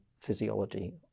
physiology